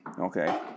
okay